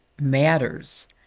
matters